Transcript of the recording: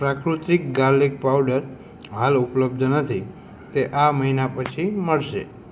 પ્રાકૃતિક garlic powder હાલ ઉપલબ્ધ નથી તે આ મહિના પછી મળશે